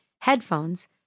headphones